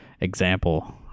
example